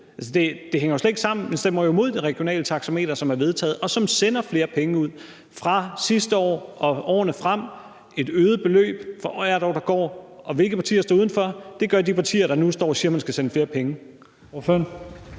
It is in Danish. det hænger jo slet ikke sammen. Man stemmer jo imod det regionale taxameter, som er vedtaget, og som sender flere penge ud fra sidste år og årene frem, et øget beløb for hvert år, der går. Og hvilke partier står udenfor? Det gør de partier, der nu står og siger, at man skal sende flere penge.